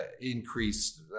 increased